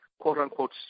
quote-unquote